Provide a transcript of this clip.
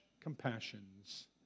compassions